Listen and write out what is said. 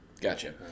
Gotcha